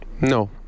No